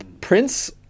Prince